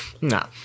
Nah